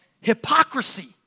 hypocrisy